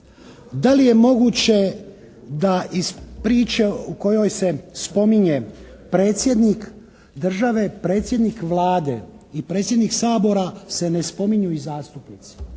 da li je moguće da iz priče u kojoj se spominje predsjednik države, predsjednik Vlade i predsjednik Sabora se ne spominju i zastupnici.